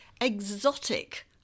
exotic